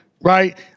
right